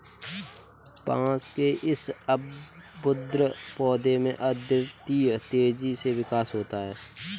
बांस के इस अद्भुत पौधे में अद्वितीय तेजी से विकास होता है